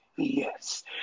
Yes